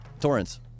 Torrance